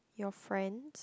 your friends